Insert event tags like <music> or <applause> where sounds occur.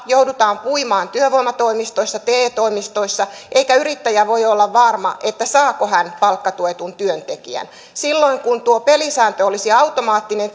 joudutaan puimaan työvoimatoimistoissa te toimistoissa eikä yrittäjä voi olla varma saako hän palkkatuetun työntekijän silloin kun tuo pelisääntö olisi automaattinen <unintelligible>